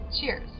Cheers